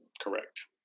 Correct